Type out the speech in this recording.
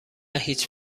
هیچ